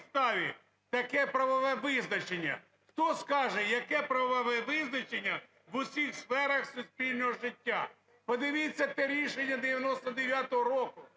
таке правове визначення? Хто скаже, яке правове визначення "в усіх сферах суспільного життя"? Подивіться те рішення 99-го року,